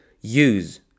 use